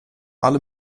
alle